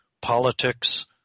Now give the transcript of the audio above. politics